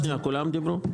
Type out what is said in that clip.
כולם דיברו?